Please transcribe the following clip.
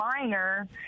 minor